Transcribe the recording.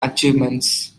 achievements